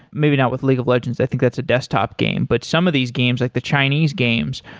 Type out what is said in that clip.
maybe not with league of legends. i think that's a desktop game, but some of these games, like the chinese games,